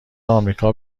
آمریکا